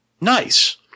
Nice